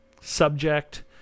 subject